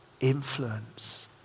influence